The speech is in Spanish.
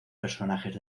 personajes